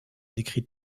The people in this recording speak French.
décrit